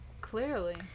Clearly